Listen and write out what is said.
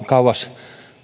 kauas